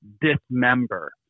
dismember